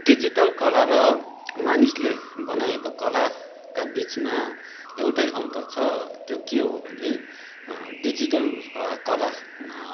digital कला र मानिसले बनाएको कलाका बिचमा एउटै अन्तर छ त्यो के हो भने डिजिटल कला